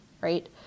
right